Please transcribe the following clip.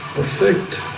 effect